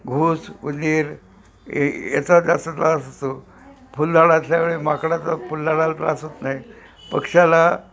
घूस उंदीर ए याचा जास्त त्रास असतो फुलझाड असल्या वेळी माकडाचा फुलझाडाला त्रास होत नाही पक्षाला